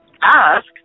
ask